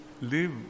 live